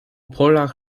polach